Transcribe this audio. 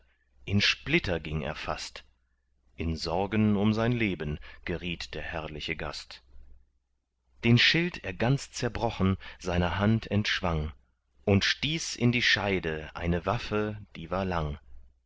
in splitter ging er fast in sorgen um sein leben geriet der herrliche gast den schild er ganz zerbrochen seiner hand entschwang und stieß in die scheide eine waffe die war lang